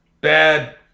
bad